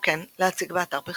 וכן להציג באתר פרסומות.